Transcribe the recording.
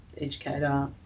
educator